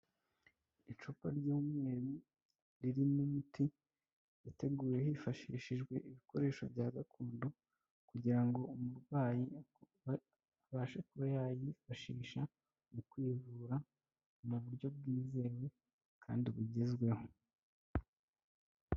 Icupa ry'umweru ririmo imiti yateguwe hifashishijwe ibikoresho bya gakondo, kugira umurwayi abashe kuba yayifashisha mu kwivura mu buryo bwizewe kandi bugezweho.